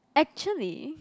actually